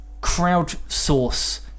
crowdsource